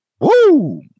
Woo